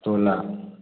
तोला